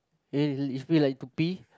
eh if feel like to pee